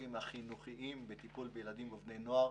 הפסיכולוגים החינוכיים בטיפול בילדים ובבני נוער